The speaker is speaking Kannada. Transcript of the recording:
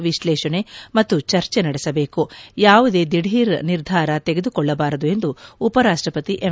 ವಿಶ್ಲೇಷಣೆ ಮತ್ತು ಚರ್ಚೆ ನಡೆಸಬೇಕು ಯಾವುದೇ ದಿಧೀರ್ ನಿರ್ಧಾರ ತೆಗೆದುಕೊಳ್ಳಬಾರದು ಎಂದು ಉಪರಾಷ್ಟ ಪತಿ ಎಂ